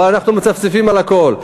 אבל אנחנו מצפצפים על הכול.